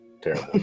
terrible